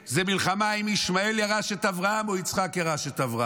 זה מלחמה אם ישמעאל ירש את אברהם או יצחק ירש את אברהם,